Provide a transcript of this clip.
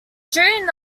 during